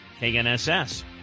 KNSS